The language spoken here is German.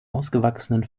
ausgewachsenen